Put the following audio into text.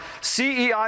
CEI